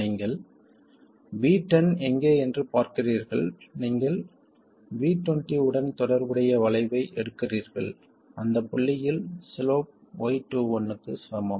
நீங்கள் V10 எங்கே என்று பார்க்கிறீர்கள் நீங்கள் V20 உடன் தொடர்புடைய வளைவை எடுக்கிறீர்கள் அந்த புள்ளியில் சிலோப் y21 க்கு சமம்